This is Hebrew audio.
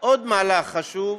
עוד מהלך חשוב,